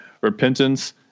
repentance